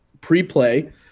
pre-play